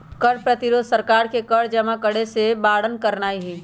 कर प्रतिरोध सरकार के कर जमा करेसे बारन करनाइ हइ